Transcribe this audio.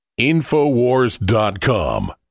Infowars.com